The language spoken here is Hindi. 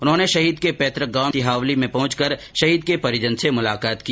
उन्होंने शहीद के पैतृक गांव में तिहावली पहुंचकर शहीद के परिजनों से मुलाकात की